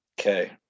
Okay